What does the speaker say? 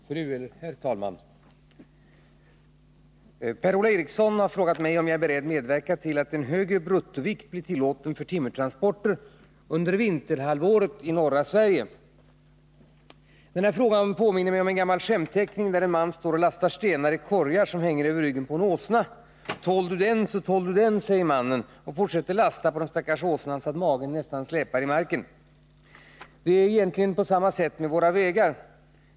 Fru talman! Per-Ola Eriksson har frågat mig om jag är beredd medverka till att en högre bruttovikt blir tillåten för timmertransporter under vinterhalvåret i norra Sverige. Frågan påminner mig om en gammal skämtteckning, där en man står och lastar stenar i korgar som hänger över ryggen på en åsna. ”Tål du den så tål du den” säger mannen och fortsätter lasta på den stackars åsnan så att magen nästan släpar i marken. På samma sätt är det med våra vägar.